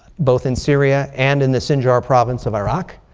both in syria and in the sinjar province of iraq.